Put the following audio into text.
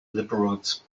liberals